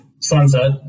sunset